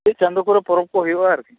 ᱪᱮᱫ ᱪᱟᱸᱫᱚ ᱠᱚᱨᱮ ᱯᱚᱨᱚᱵᱽ ᱠᱚ ᱦᱩᱭᱩᱜᱼᱟ ᱟᱨᱠᱤ